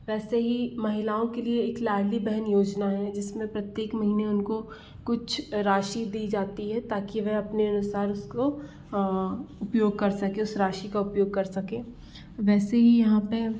वैसे ही महिलाओं के लिए एक लाडली बहन योजना है जिसमें प्रत्येक महीने उनको कुछ राशि दी जाती है ताकि वह अपने अनुसार उसको उपयोग कर सके उस राशि का उपयोग कर सके वैसे ही यहाँ पर